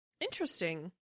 Interesting